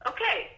Okay